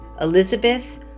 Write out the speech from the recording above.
Elizabeth